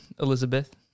Elizabeth